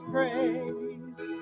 Praise